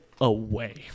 away